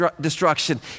destruction